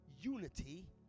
unity